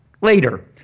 later